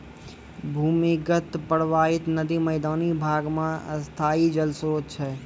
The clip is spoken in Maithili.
भूमीगत परबाहित नदी मैदानी भाग म स्थाई जल स्रोत छै